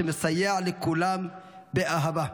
שמסייע לכולם באהבה.